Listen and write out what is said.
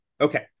Okay